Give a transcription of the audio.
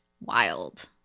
wild